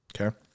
okay